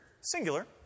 singular